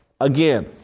again